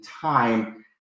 time